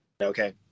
okay